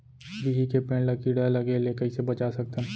बिही के पेड़ ला कीड़ा लगे ले कइसे बचा सकथन?